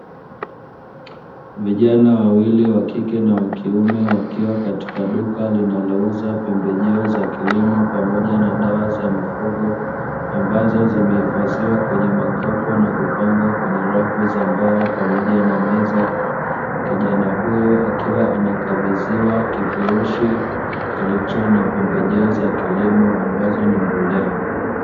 Vijana wawili wakike na wakiume wakiwa katika duka linalouza pembejeo za kilimo pamoja na dawa za mifugo, ambazo zimehifadhiwa kwenye makopo na kupangwa kwenye rafu za mbao pamoja na meza. Kijana huyo akiwa anakabidhiwa kifurushi kilicho na pembejeo za kilimo ambazo ni mbolea.